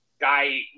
Guy